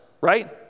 right